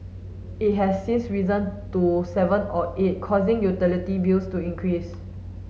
it has since risen to seven or eight causing utility bills to increase